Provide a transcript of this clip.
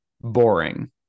boring